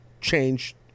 change